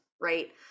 right